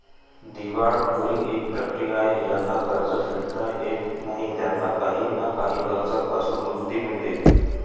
दिवाळखोरी एक प्रक्रिया आहे ज्यांना कर्ज फेडता येत नाही त्यांना काही ना काही कर्जांपासून मुक्ती मिडते